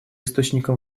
источником